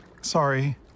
Sorry